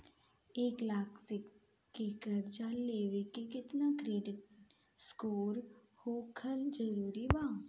एक लाख के कर्जा लेवेला केतना क्रेडिट स्कोर होखल् जरूरी बा?